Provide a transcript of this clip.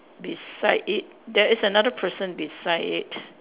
beside it there is another person beside it